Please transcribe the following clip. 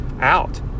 out